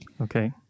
Okay